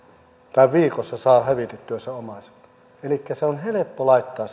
tai viikossa saa hävitettyä sen omaisuuden elikkä se on helppo laittaa